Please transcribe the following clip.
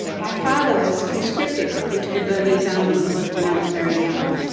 my father was conscripted into the burmese army when i was very young.